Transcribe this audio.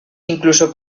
incluso